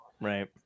Right